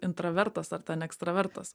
intravertas ar ten ekstravertas